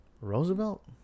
Roosevelt